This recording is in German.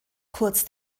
kurz